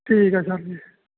ਠੀਕ ਹੈ ਸਰ ਜੀ